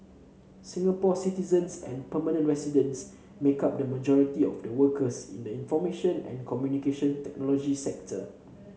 Singapore citizens and permanent residents make up the majority of the workers in the information and Communication Technology sector